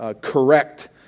correct